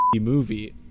movie